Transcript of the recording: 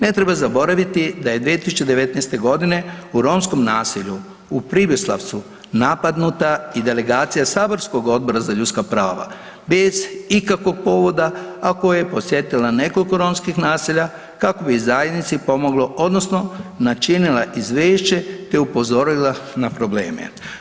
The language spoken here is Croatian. Ne treba zaboraviti da je 2019. godine u romskom naselju u Pribislavcu napadnuta i delegacija saborskog odbora za ljudska prava bez ikakvog povoda, a koja je posjetila nekoliko romskih naselja kako bi zajednici pomoglo odnosno načinila izvješće te upozorila na probleme.